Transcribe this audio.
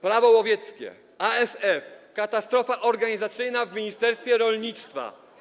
Prawo łowieckie, ASF, katastrofa organizacyjna w ministerstwie rolnictwa.